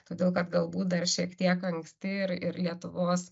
todėl kad galbūt dar šiek tiek anksti ir ir lietuvos